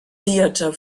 theater